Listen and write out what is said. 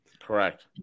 Correct